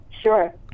Sure